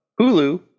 Hulu